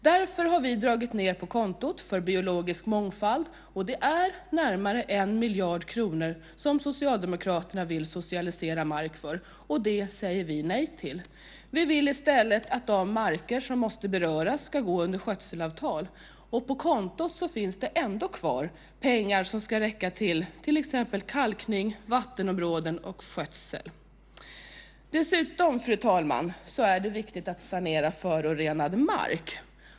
Därför har vi dragit ned på kontot för biologisk mångfald. Det är närmare 1 miljard kronor som Socialdemokraterna vill socialisera mark för. Det säger vi nej till. Vi vill i stället att de marker som måste beröras ska gå under skötselavtal. På kontot finns ändå pengar kvar som ska räcka till kalkning, vattenområden och skötsel med mera. Dessutom, fru talman, är det viktigt att sanera förorenad mark.